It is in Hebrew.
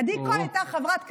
עדי קול הייתה חברת כנסת.